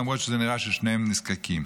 למרות שנראה ששניהם נזקקים.